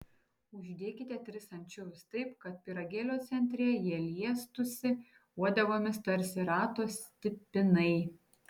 uždėkite tris ančiuvius taip kad pyragėlio centre jie liestųsi uodegomis tarsi rato stipinai